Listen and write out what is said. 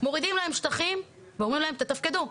מורידים להם שטחים, ואומרים להם תתפקדו.